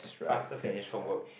faster finish homework